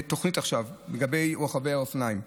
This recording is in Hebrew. לגבי רוכבי האופנועים,